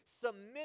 submit